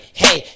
hey